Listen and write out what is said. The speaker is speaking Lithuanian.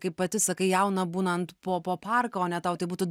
kaip pati sakai jauną būnant po po parką o ne tau tai būtų